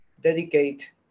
dedicate